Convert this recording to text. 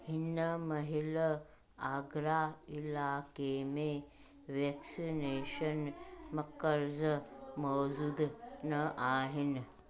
हिन महिल आगरा इलाइके में वैक्सनेशन मर्कज़ मौजूद न आहिनि